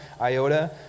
iota